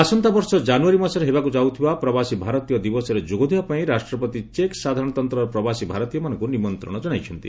ଆସନ୍ତା ବର୍ଷ ଜାନୁୟାରୀ ମାସରେ ହେବାକୁ ଯାଉଥିବା ପ୍ରବାସୀ ଭାରତୀୟ ଦିବସରେ ଯୋଗଦେବା ପାଇଁ ରାଷ୍ଟପତି ଚେକ୍ ସାଧାରଣତନ୍ତ୍ରରେ ପ୍ରବାସୀ ଭାରତୀୟମାନଙ୍କୁ ନିମନ୍ତ୍ରଣ ଜଣାଇଛନ୍ତି